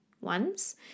ones